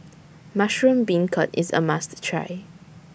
Mushroom Beancurd IS A must Try